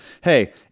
Hey